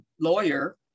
lawyer